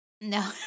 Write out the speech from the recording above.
No